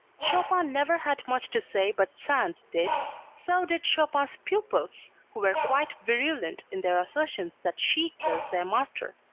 chopin never had much to say but sand did so did chopin's pupils, who were quite virulent in their assertions that she killed their master.